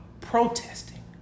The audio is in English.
protesting